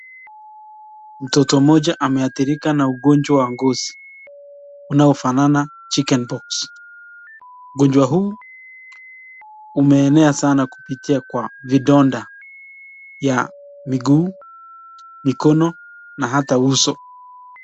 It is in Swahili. Mtoto mmoja ameadhirika na ugonjwa wa ngozi unaofanana chicken pox . Ugonjwa huu umeenea sana kupitia kwa vidonda ya miguu, mikono na ata uso.